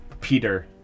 Peter